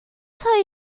tell